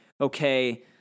okay